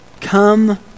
come